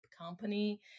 company